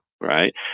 right